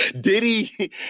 Diddy